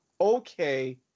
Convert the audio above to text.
okay